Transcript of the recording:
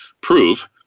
prove